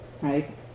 right